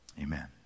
Amen